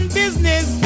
business